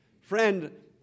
Friend